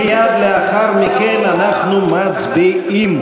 מייד לאחר מכן אנחנו מצביעים.